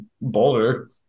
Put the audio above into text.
boulder